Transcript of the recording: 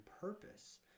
purpose